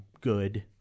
good